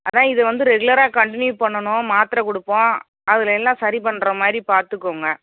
அதான் இது வந்து ரெகுலராக கன்டினியூ பண்ணணும் மாத்திர கொடுப்போம் அதில் எல்லாம் சரி பண்ணுற மாதிரி பார்த்துக்கோங்க